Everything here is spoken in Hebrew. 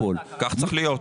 כך צריך להיות.